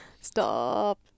stop